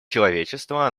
человечества